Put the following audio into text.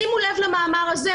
שימו לב למאמר הזה,